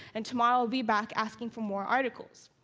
and tomorrow i'll be back asking for more articles.